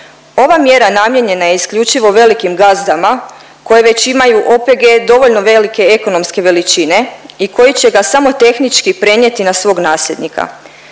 Ova mjera namijenjena je isključivo velikim gazdama koji već imaju OPG dovoljno velike ekonomske veličine i koji će ga samo tehnički prenijeti na svog nasljednika.